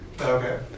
Okay